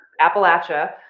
Appalachia